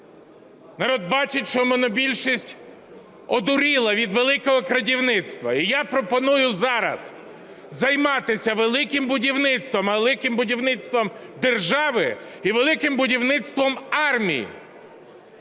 Народ бачить, що монобільшість одуріла від "великого крадівництва", і я пропоную зараз займатися "Великим будівництвом" – великим будівництвом держави і великим будівництвом армії.